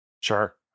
Sure